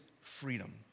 freedom